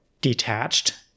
detached